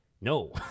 no